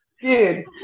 dude